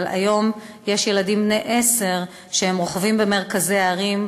אבל היום יש ילדים בני עשר שרוכבים במרכזי הערים,